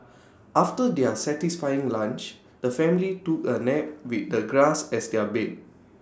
after their satisfying lunch the family took A nap with the grass as their bed